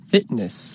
Fitness